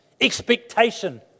expectation